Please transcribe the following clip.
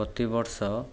ପ୍ରତିବର୍ଷ